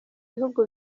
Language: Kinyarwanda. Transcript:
bihugu